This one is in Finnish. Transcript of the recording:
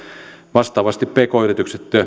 vastaavasti pk yritykset